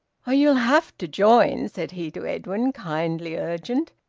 oh, you'll have to join! said he to edwin, kindly urgent,